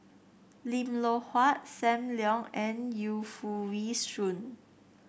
Lim Loh Huat Sam Leong and Yu Foo Yee Shoon